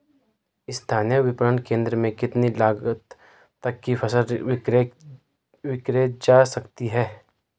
स्थानीय विपणन केंद्र में कितनी लागत तक कि फसल विक्रय जा सकती है?